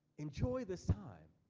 enjoy this time.